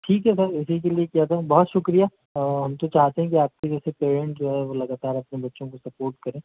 ठीक है सर उसी के लिए किया था बहुत शुक्रिया हम तो चाहते हैं कि आप जैसे पेरेंट्स जो हैं वो लगातार अपने बच्चो को सपोर्ट करें